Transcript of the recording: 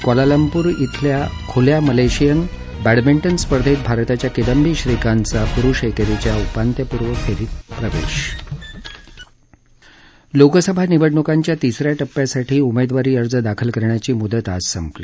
Kuala Lumpur इथल्या ख्ल्या Malaysian badminton स्पर्धेत भारताच्या किंदबी श्रीकांतचा पुरुष एकेरीच्या उपान्त्यपूर्व फेरीत प्रवेश लोकसभा निवडणुकांच्या तिस या टप्प्यासाठी उमेदवारी अर्ज दाखल करण्याची म्दत आज संपली